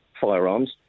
firearms